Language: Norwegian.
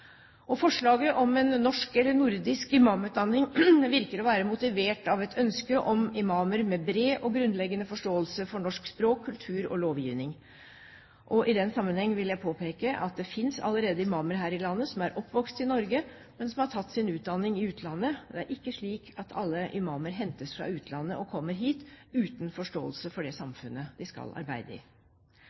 Forslaget om en norsk, eller nordisk, imamutdanning virker å være motivert av et ønske om imamer med bred og grunnleggende forståelse for norsk språk, kultur og lovgivning. I den sammenheng vil jeg påpeke at det finnes allerede imamer her i landet som er oppvokst i Norge, men som har tatt sin utdanning i utlandet. Det er ikke slik at alle imamer hentes fra utlandet og kommer hit uten forståelse for det samfunnet de skal arbeide i.